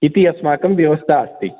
इति अस्माकं व्यवस्था अस्ति